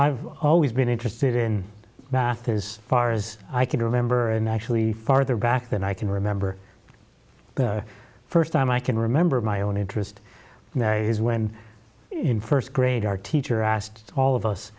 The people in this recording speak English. i've always been interested in math is far as i can remember and actually farther back than i can remember the first time i can remember my own interest is when in first grade our teacher asked all of us